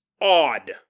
odd